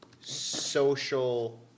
Social